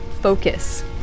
Focus